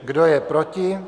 Kdo je proti?